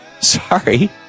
sorry